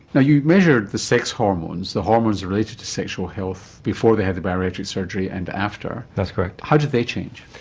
ah you measured the sex hormones, the hormones related to sexual health, before they had the bariatric surgery and after. that's correct. how did they change?